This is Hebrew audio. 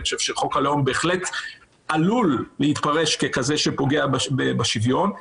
אני חושב שחוק הלאום בהחלט עלול להתפרש ככזה שפוגע בשוויון,